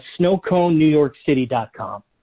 Snowconenewyorkcity.com